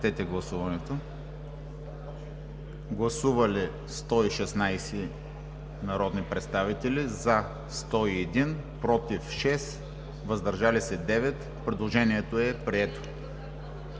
Гласували 116 народни представители: за 101, против 6, въздържали се 9. Предложението е прието.